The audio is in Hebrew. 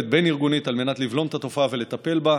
בין-ארגונית על מנת לבלום את התופעה ולטפל בה.